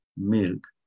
milk